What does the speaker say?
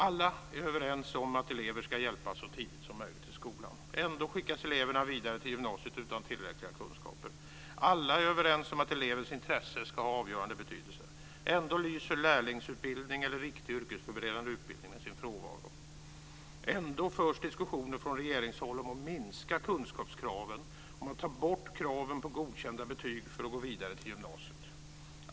Alla är överens om att elever ska hjälpas så tidigt som möjligt i skolan, och ändå skickas eleverna vidare till gymnasiet utan tillräckliga kunskaper. Alla är överens om att elevens intresse ska ha avgörande betydelse, och ändå lyser lärlingsutbildning eller riktig yrkesförberedande utbildning med sin frånvaro och ändå förs diskussioner från regeringshåll om att minska kunskapskraven, om att ta bort kraven på godkända betyg för att gå vidare till gymnasiet.